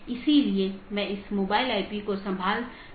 इसलिए पथ को परिभाषित करना होगा